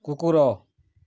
କୁକୁର